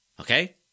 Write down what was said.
Okay